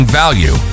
value